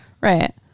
Right